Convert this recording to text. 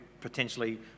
potentially